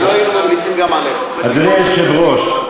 אדוני היושב-ראש,